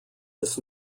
this